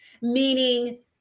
meaning